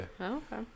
okay